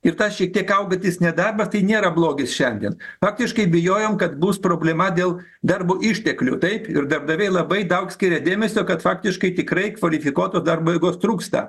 ir tas šiek tiek augantis nedarbas tai nėra blogis šiandien faktiškai bijojom kad bus problema dėl darbo išteklių taip ir darbdaviai labai daug skiria dėmesio kad faktiškai tikrai kvalifikuoto darbo jėgos trūksta